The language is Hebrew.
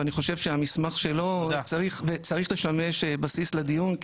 ואני חושב שהמסמך שלו צריך לשמש בסיס לדיון,